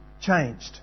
changed